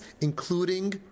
including